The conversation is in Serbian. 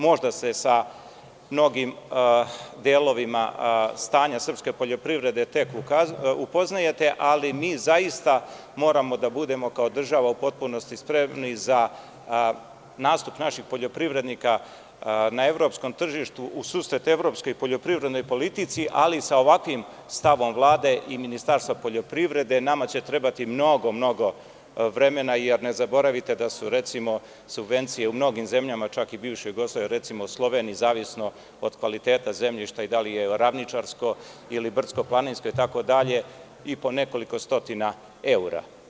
Možda se sa mnogim delovima stanje srpske poljoprivrede tek upoznajete, ali mi zaista moramo da budemo kao država u potpunosti spremni za nastup naših poljoprivrednika na evropskom tržištu, u susret evropskoj poljoprivrednoj politici, ali sa ovakvim stavom Vlade i Ministarstva poljoprivrede, nama će trebati mnogo vremena, jer ne zaboravite da su, recimo, subvencije u mnogim zemljama čak i bivšoj Jugoslaviji, recimo Sloveniji, zavisno od kvaliteta zemljišta i da li je ravničarsko ili brdsko-planinsko itd. i po nekoliko stotina evra.